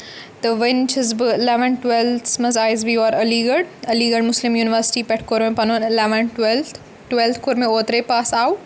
تہٕ وۄنۍ چھس بہٕ الٮ۪وَنتھ ٹُویلتھس منٛز آیس بیٚور Aligarh Aligarh Muslim university پٮ۪ٹھ کوٚر مےٚ پنُن الوینتھ ٹویلتھ ٹویلتھ کوٚر مےٚ اوترٕے پاس آوُٹ